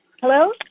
Hello